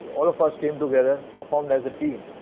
all of us came together, performed as a team.